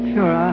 Sure